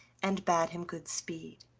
and bade him good speed.